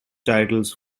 titles